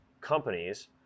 companies